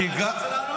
נותן לי לדבר.